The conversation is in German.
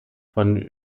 von